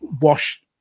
wash